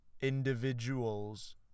individuals